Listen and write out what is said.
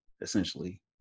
essentially